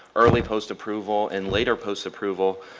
early post-approval and later post-approval.